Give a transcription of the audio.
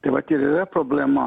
tai vat ir yra problema